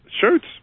shirts